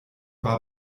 war